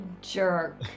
jerk